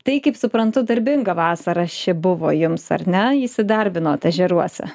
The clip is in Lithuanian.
tai kaip suprantu darbinga vasarą ši buvo jums ar ne įsidarbinot ežeruose